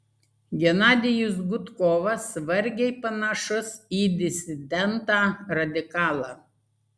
genadijus gudkovas vargiai panašus į disidentą radikalą